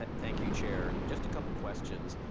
ah thank you chair. just a couple questions.